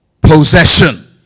Possession